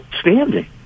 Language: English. standing